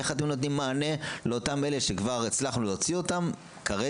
איך אתם נותנים מענה לאותם אלה שכבר הצלחנו להוציא כרגע,